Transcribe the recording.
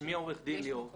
שמי עורך דין ליאור כץ,